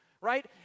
right